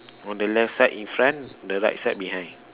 on the left side in front the right side behind